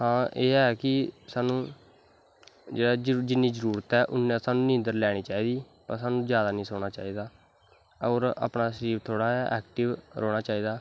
एह् ऐ कि साह्नू जिन्नी साह्नू जरूरत ऐ इन्नी साह्नू नींदर लैनीं चाही दी और साह्नू जादा नी सौनां चाही दा और अपनां शरीर थोह्ड़ा ऐकटिव रौंह्ना चाही दा